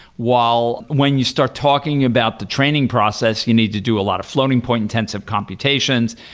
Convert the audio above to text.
while when you start talking about the training process, you need to do a lot of floating-point intensive computations,